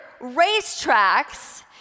racetracks